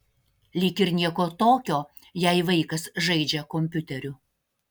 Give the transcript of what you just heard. lyg ir nieko tokio jei vaikas žaidžia kompiuteriu